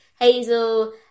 hazel